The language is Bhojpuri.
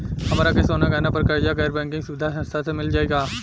हमरा के सोना गहना पर कर्जा गैर बैंकिंग सुविधा संस्था से मिल जाई का?